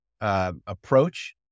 approach